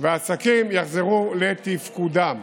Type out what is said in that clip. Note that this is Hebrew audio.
ועסקים יחזרו לתפקודם.